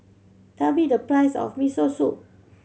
tell me the price of Miso Soup